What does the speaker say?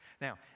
Now